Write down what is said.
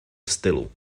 stylu